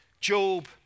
Job